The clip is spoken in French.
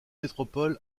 métropole